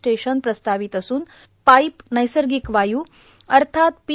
station प्रस्तावित असून pipe नैसर्गिक वायू अर्थात पी